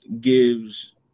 gives